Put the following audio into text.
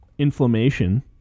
inflammation